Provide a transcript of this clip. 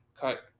cut